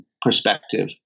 perspective